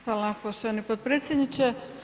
Hvala poštovani potpredsjedniče.